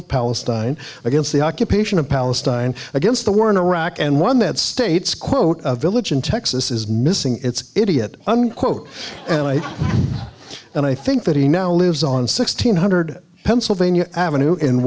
of palestine against the occupation of palestine against the war in iraq and one that states quote a village in texas is missing its idiot unquote and i think that he now lives on sixteen hundred pennsylvania avenue in